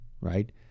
right